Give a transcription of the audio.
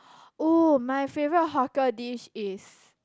oh my favourite hawker dish is